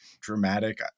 dramatic